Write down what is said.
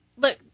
Look